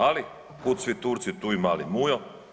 Ali kud svi Turci tu i mali Mujo.